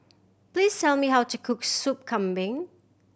please tell me how to cook Soup Kambing